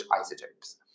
isotopes